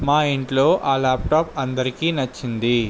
మా ఇంట్లో ఆ ల్యాప్టాప్ అందరికీ నచ్చింది